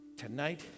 Tonight